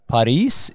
Paris